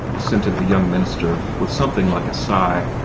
assented the young minister, with something like a sigh.